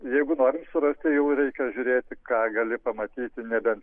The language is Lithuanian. jeigu nori surasti jau reikia žiūrėti ką gali pamatyti nebent